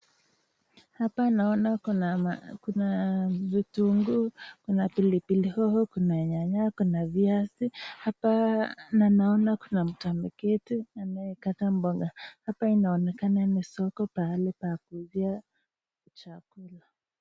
Hapa naona kuna vitunguu, kuna pilipilihoho kuna nyanya kuna viazi hapa , na inaona kuna mtu anaketi anaye kata mboga , hapa inaonekana ni soko pahali pa kuuzia chakula.